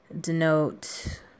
denote